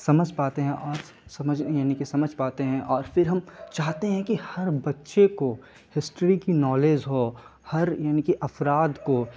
سمجھ پاتے ہیں اور سمجھ یعنی کہ سمجھ پاتے ہیں اور پھر ہم چاہتے ہیں کہ ہر بچے کو ہسٹری کی نالز ہو ہر یعنی کہ افراد کو